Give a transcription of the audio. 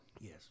Yes